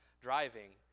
driving